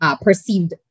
perceived